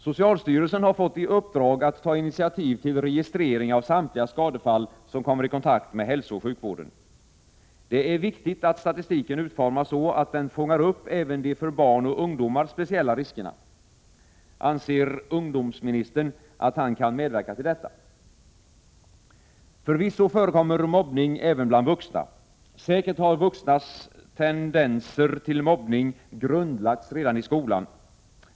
Socialstyrelsen har fått i uppdrag att ta initiativ till registrering av samtliga skadefall som kommer i kontakt med hälsooch sjukvården. Det är viktigt att statistiken utformas så att den fångar upp även de för barn och ungdomar speciella riskerna. Anser ungdomsministern att han kan medverka till detta? Förvisso förekommer mobbning även bland vuxna. Säkert har vuxnas tendenser till mobbning grundlagts redan i skolan.